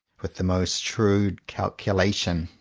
with the most shrewd calcula tion.